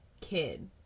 kid